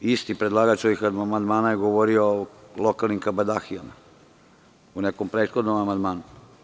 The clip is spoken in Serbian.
Isti predlagač ovih amandmana je govorio o lokalnim kabadahijama u nekom prethodnom amandmanu.